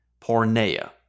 porneia